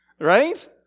right